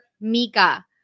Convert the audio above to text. Mika